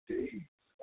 days